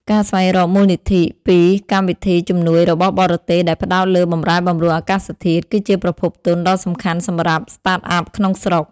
ការស្វែងរកមូលនិធិពីកម្មវិធីជំនួយរបស់បរទេស ដែលផ្ដោតលើបម្រែបម្រួលអាកាសធាតុ គឺជាប្រភពទុនដ៏សំខាន់សម្រាប់ Startup ក្នុងស្រុក។